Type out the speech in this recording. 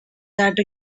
that